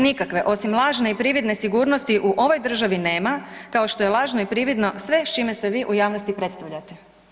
Nikakve osim lažne i prividne sigurnosti u ovoj državi nema kao što je lažna i prividno sve s čime se vi u javnosti predstavljate.